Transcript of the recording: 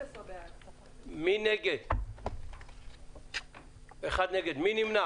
11 נגד, 1 נמנע